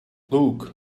look